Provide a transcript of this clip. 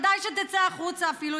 כדאי שתצא החוצה אפילו,